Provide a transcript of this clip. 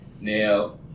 now